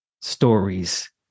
stories